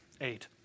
Eight